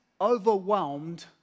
overwhelmed